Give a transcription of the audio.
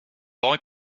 boy